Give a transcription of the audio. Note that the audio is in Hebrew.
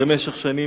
במשך שנים,